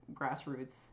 grassroots